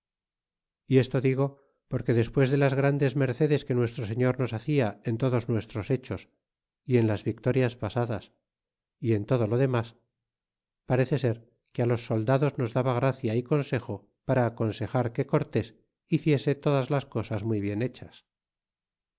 y esto digo porque despues de las grandes mercedes que nuestro señor nos hacia en todos nuestros hechos y en las victorias pasadas y en todo lo demas parece ser que á los soldados nos daba gracia y consejo para aconsejar que cortés hiciese todas las cosas muy bien hechas